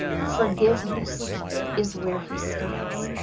forgiveness is where he starts.